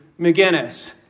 McGinnis